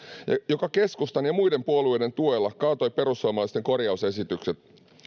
joka keskustan ja muiden puolueiden tuella kaatoi perussuomalaisten korjausesitykset